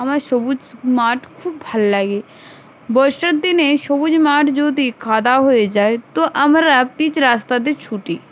আমার সবুজ মাঠ খুব ভাল লাগে বর্ষার দিনে সবুজ মাঠ যদি কাদা হয়ে যায় তো আমরা পিচ রাস্তাতে ছুটি